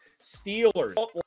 Steelers